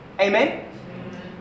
Amen